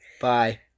Bye